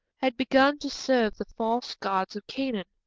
had begun to serve the false gods of canaan.